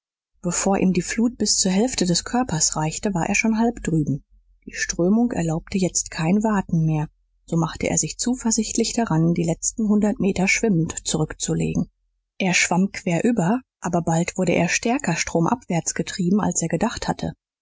bevor ihm die flut bis zur hälfte des körpers reichte war er schon halb drüben die strömung erlaubte jetzt kein waten mehr so machte er sich zuversichtlich daran die letzten hundert meter schwimmend zurückzulegen er schwamm querüber aber bald wurde er stärker stromabwärts getrieben als er gedacht hatte